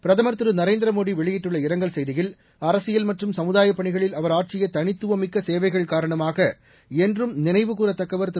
பிரதமர் நரேந்திரமோடி வெளியிட்டுள்ள இரங்கல் செய்தியில் அரசியல் மற்றும் சமுதாயப் பணிகளில் அவர் ஆற்றிய தனித்துவமிக்க சேவைகள் காரணமாக என்றும் நினைவுகூறத்தக்கவர் திரு